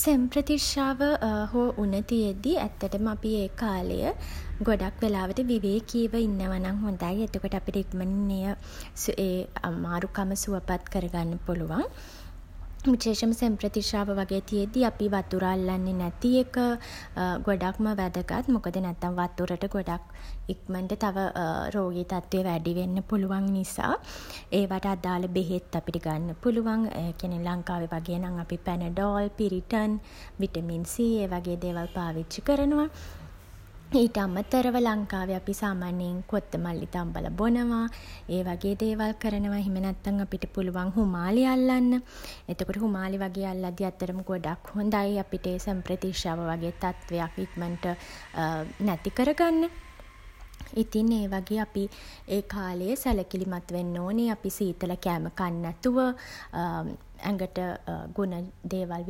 සෙම්ප්‍රතිශ්‍යාව හෝ උණ තියෙද්දී ඇත්තටම අපි ඒ කාලය ගොඩක් විට විවේකීව ඉන්නව නම් හොඳයි. එතකොට අපිට ඉක්මනින් එය ඒ අමාරුකම සුවපත් කරගන්න පුළුවන්. විශේෂෙන්ම සෙම්ප්‍රතිශ්‍යාව වගේ තියෙද්දී අපි වතුර අල්ලන්නේ නැති එක ගොඩක්ම වැදගත්. මොකද නැත්තම් වතුරට ගොඩක් ඉක්මනට තව රෝගී තත්වය වැඩි වෙන්න පුළුවන් නිසා ඒවට අදාළ බෙහෙත් අපිට ගන්න පුළුවන්. ඒ කියන්නේ ලංකාවේ වගේ නම් අපි පැනඩෝල් පිරිටන් විටමින් සී ඒ වගේ දේවල් පාවිච්චි කරනවා. ඊට අමතරව ලංකාවේ අපි සාමාන්‍යයෙන් අපි කොත්තමල්ලි තම්බලා බොනවා. ඒ වගේ දේවල් කරනවා. එහෙම නැත්තම් අපිට පුළුවන් හුමලේ අල්ලන්න. එතකොට හුමාලේ වගේ අල්ලද්දී ඇත්තටම ගොඩක් හොඳයි. අපිට ඒ සෙම්ප්‍රතිශ්‍යාව වගේ තත්වයක් ඉක්මනට නැති කර ගන්න. ඉතින් අපි ඒ වගේ ඒ කාලේ සැලකිලිමත් වෙන්න ඕනේ අපි සීතල කෑම කන් නැතුව ඇගට ගුණ දේවල්